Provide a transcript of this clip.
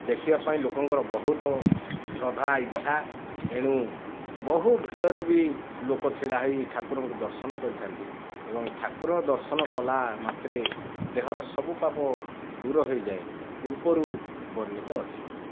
ଦେଖିବା ପାଇଁ ଲୋକଙ୍କର ବହୁତ ଶ୍ରଦ୍ଧା ଇଛା ତେଣୁ ବହୁ ଭିଡ଼ରେ ବି ଲୋକ ଛିଡ଼ା ହୋଇ ଠାକୁରଙ୍କୁ ଦର୍ଶନ କରିଥାନ୍ତି ଏବଂ ଠାକୁର ଦର୍ଶନ କଲା ମାତ୍ରେ ଦେହର ସବୁ ପାପ ଦୂର ହେଇଯାଏ ପୂର୍ବରୁ ବର୍ଣ୍ଣିତ ଅଛି